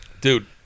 dude